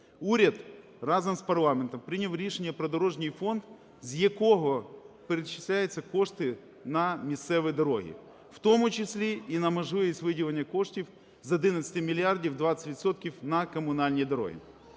Уряд разом з парламентом прийняв рішення про дорожній фонд, з якого перечислюються кошти на місцеві дороги, в тому числі і на можливість виділення коштів з 11 мільярдів 20 відсотків на комунальні дороги.